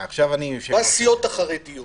יושב-ראש הוועדה והסיעות החרדיות